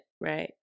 right